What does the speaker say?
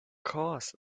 course